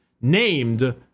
named